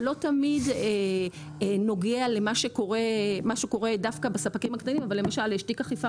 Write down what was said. זה לא תמיד נוגע למה שקורה דווקא בספקים הקטנים אבל למשל יש תיק אכיפה